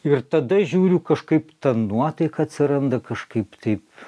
ir tada žiūriu kažkaip ta nuotaika atsiranda kažkaip taip